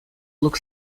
look